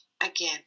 again